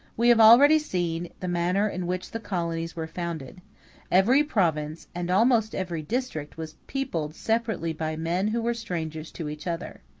we have already seen the manner in which the colonies were founded every province, and almost every district, was peopled separately by men who were strangers to each other,